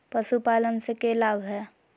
पशुपालन से के लाभ हय?